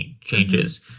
changes